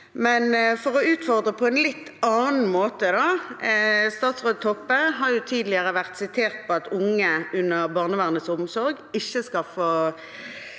Statsråd Toppe har tidligere blitt sitert på at unge under barnevernets omsorg ikke skal